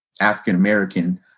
African-American